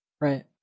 Right